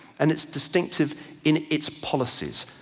and its distinctive in its policies,